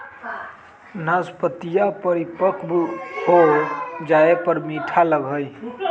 नाशपतीया परिपक्व हो जाये पर मीठा लगा हई